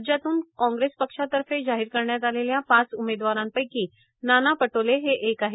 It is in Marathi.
राज्यातून कांग्रेस पक्षातर्फे जाहीर करण्यात आलेल्या पाच उमेदवारांपैकी नाना पटोले हे एक आहेत